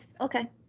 Okay